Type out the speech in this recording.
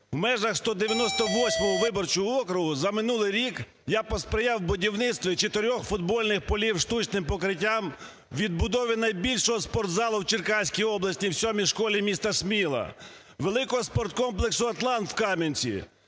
В межах 198 виборчого округу за минулий рік я посприяв будівництву чотирьох футбольних полів з штучним покриттям, відбудові найбільшого спортзалу в Черкаській області в 7-й школі міста Сміла, великого комплексу "Атлант" в Кам'янці,